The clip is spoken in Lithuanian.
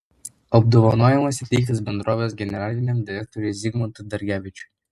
apdovanojimas įteiktas bendrovės generaliniam direktoriui zigmantui dargevičiui